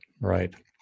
right